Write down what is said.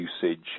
usage